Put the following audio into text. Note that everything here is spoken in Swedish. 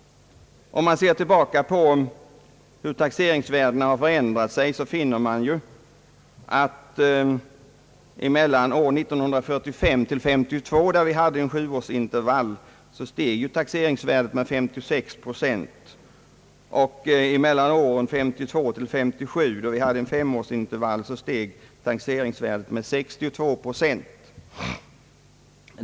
Om man ser tillbaka på hur taxeringsvärdena har förändrats finner man att under sjuårsintervallet 1945— 1952 steg taxeringsvärdena med 56 procent, och under femårsperioden 1952-- 1957 steg taxeringsvärdena med 62 procent.